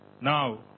Now